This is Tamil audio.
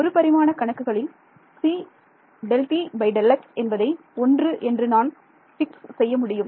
ஒரு பரிமாண கணக்குகளில் cΔtΔx என்பதை ஒன்று என்று நான் பிக்ஸ் செய்யமுடியும்